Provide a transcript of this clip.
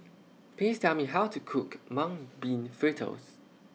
Please Tell Me How to Cook Mung Bean Fritters